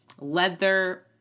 leather